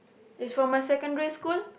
it's from my secondary school